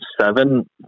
seven